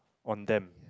on them